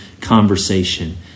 conversation